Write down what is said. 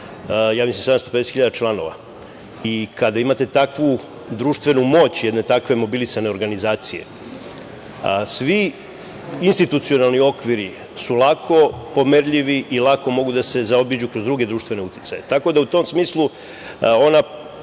koja ima 750.000 članova, i kada imate takvu društvenu moć, jedne takve mobilisane organizacije. Svi institucionalni okviri su lako pomerljivi i lako mogu da se zaobiđu kroz druge društvene uticaje. Tako da, u tom smislu ona